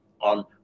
on